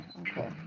okay